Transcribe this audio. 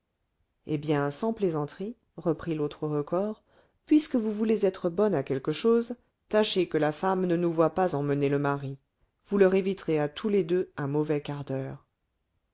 eh bien sans plaisanterie reprit l'autre recors puisque vous voulez être bonne à quelque chose tâchez que la femme ne nous voie pas emmener le mari vous leur éviterez à tous les deux un mauvais quart d'heure